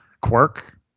quirk